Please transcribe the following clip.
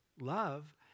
Love